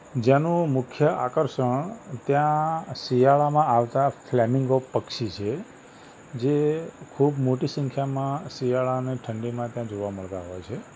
જેનું મુખ્ય આકર્ષણ ત્યાં શિયાળામાં આવતા ફ્લૅમિન્ગો પક્ષી છે જે ખૂબ મોટી સંખ્યામાં શિયાળાની ઠંડીમાં ત્યાં જોવા મળતાં હોય છે